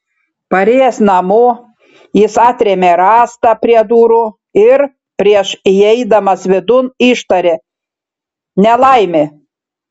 parėjęs namo jis atrėmė rąstą prie durų ir prieš įeidamas vidun ištarė nelaimė